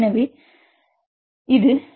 எனவே இது 1